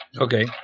Okay